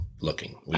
looking